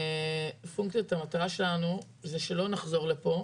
פונקציית המטרה שלנו זה שלא נחזור לפה.